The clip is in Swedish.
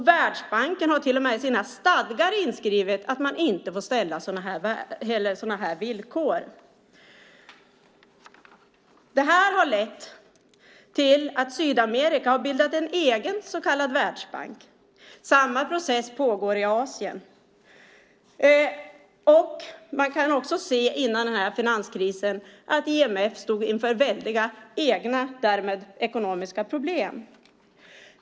Världsbanken har till och med inskrivet i sina stadgar att man inte får ställa sådana här villkor. Det här har lett till att Sydamerika har bildat en egen så kallad världsbank. Samma process pågår i Asien. Man kan också se att IMF före finanskrisen stod inför väldiga egna ekonomiska problem.